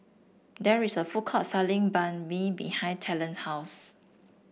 there is a food court selling Banh Mi behind Talen house